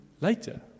later